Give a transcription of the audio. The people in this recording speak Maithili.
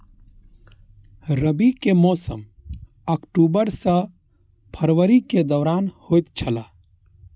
रबी के मौसम अक्टूबर से फरवरी के दौरान होतय छला